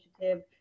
Initiative